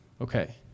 okay